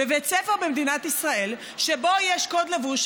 בבית ספר במדינת ישראל שבו יש קוד לבוש,